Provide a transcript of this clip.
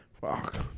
fuck